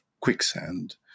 quicksand